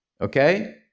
okay